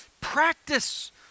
practice